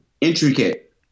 intricate